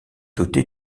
doté